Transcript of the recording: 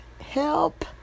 help